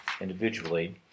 individually